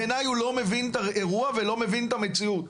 בעיניי הוא לא מבין את האירוע ולא מבין את המציאות,